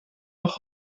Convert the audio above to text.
noch